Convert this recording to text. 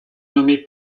nommé